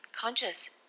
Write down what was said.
conscious